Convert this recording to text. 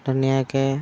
ধুনীয়াকৈ